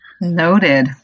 noted